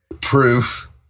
Proof